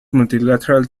multilateral